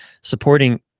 supporting